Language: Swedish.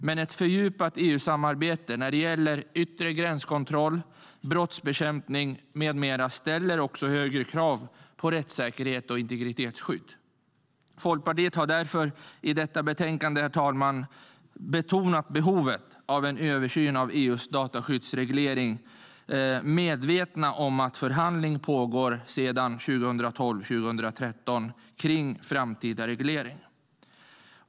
Men ett fördjupat EU-samarbete när det gäller yttre gränskontroll, brottsbekämpning med mera ställer också högre krav på rättssäkerhet och integritetsskydd. Folkpartiet har därför i detta betänkande, herr talman, betonat behovet av en översyn av EU:s dataskyddsreglering samtidigt som vi är medvetna om att förhandling pågår sedan 2012-2013 om en framtida reglering.